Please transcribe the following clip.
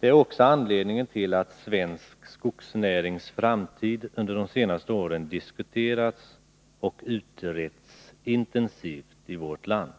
Det är också anledningen till att svensk skogsnärings framtid under de senaste åren diskuterats och utretts intensivt i vårt land.